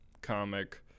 comic